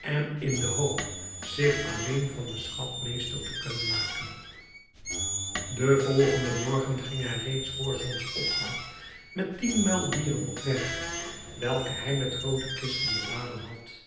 en in de hoop zich alleen van den schat meester te kunnen maken den volgenden morgen ging hij reeds voor zonsopgang met tien muildieren op weg welke hij met groote kisten beladen had